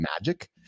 magic